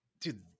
dude